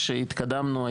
כשהתקדמנו,